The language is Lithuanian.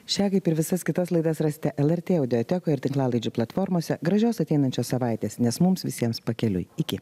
šią kaip ir visas kitas laidas rasite elertė audiotekoj ir tinklalaidžių platformose gražios ateinančios savaitės nes mums visiems pakeliui iki